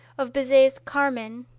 of bizet's carmen,